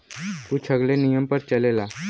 कुछ अलगे नियम पर चलेला